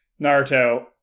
Naruto